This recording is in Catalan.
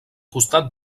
costat